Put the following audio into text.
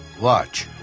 Watch